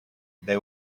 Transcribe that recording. they